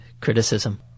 criticism